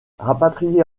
rapatrié